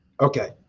okay